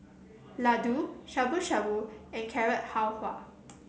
Ladoo Shabu Shabu and Carrot Halwa